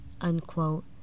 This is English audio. unquote